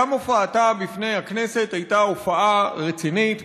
גם הופעתה בפני הכנסת הייתה הופעה רצינית,